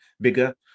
bigger